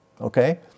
okay